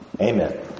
amen